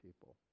people